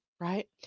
right